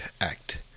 act